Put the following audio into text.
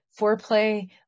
foreplay